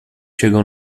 chegam